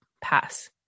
pass